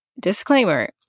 Disclaimer